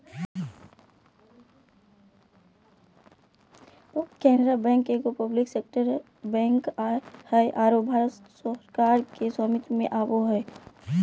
Canara bank एगो public sector bank हइ आरो भारत सरकार के स्वामित्व में आवो हइ